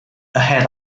ahead